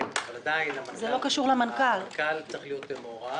כן, אבל עדיין המנכ"ל צריך להיות מעורב.